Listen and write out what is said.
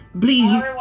please